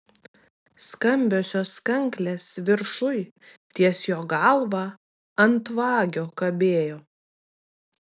skambiosios kanklės viršuj ties jo galva ant vagio kabėjo